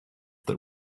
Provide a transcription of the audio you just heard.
that